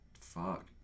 fuck